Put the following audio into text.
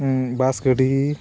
ᱵᱟᱥ ᱜᱟᱹᱰᱤ